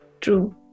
True